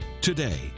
Today